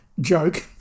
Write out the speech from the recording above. joke